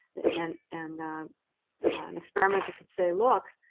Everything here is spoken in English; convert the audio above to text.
an and an experimenter could say, look,